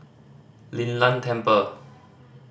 Lin Tan Temple